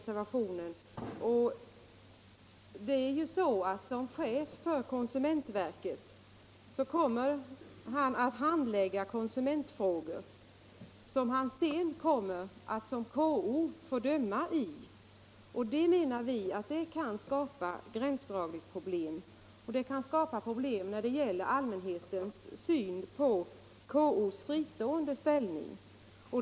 Som chef för konsumentverket kommer han att handlägga konsumentfrågor beträffande vilka han sedan som KO kommer att få en åklagarfunktion, och vi menar att det kan skapa gränsdragningsproblem. Det kan också skapa problem när det gäller allmänhetens syn på KO:s fristående ställning.